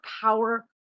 power